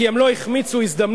כי הם לא החמיצו הזדמנות